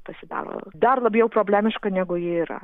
pasidaro dar labiau problemiška negu ji yra